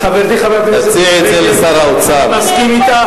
אני מסכים אתך.